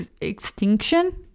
extinction